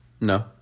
No